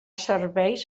serveis